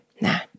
Nah